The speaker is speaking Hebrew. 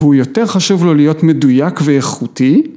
‫והוא יותר חשוב לו להיות מדויק ואיכותי